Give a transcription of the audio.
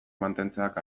mantentzeak